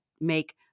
make